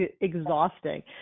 exhausting